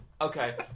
Okay